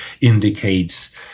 indicates